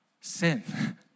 sin